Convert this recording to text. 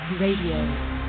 Radio